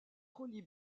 relie